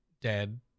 dead